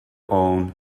own